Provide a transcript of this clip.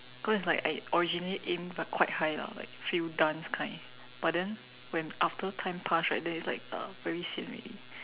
cause it's like I originally aim like quite high lah like few dans kind but then when after time past right then is like uh very sian already